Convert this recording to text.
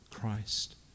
Christ